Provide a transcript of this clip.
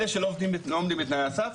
אלה שלא עומדים בתנאי הסף,